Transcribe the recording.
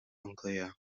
unclear